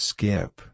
Skip